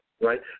right